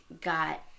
got